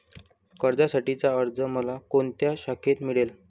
कर्जासाठीचा अर्ज मला कोणत्या शाखेत मिळेल?